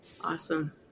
Awesome